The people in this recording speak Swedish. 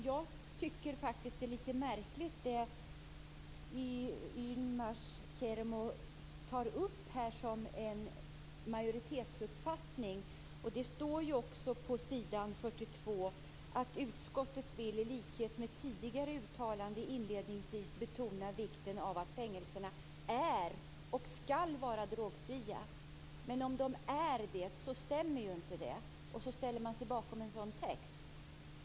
Jag tycker att den majoritetsuppfattning som Yilmaz Kerimo återgav och som också står att läsa på s. 42 i betänkandet är lite märklig. Där sägs det: "Utskottet vill i likhet med tidigare uttalanden inledningsvis betona vikten av att fängelserna är och skall vara drogfria." Påstående att de är det stämmer ju alltså inte. Men ändå ställer ni er bakom en sådan text.